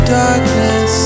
darkness